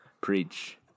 Preach